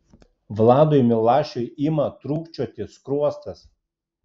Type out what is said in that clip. vladui milašiui ima trūkčioti skruostas